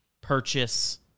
purchase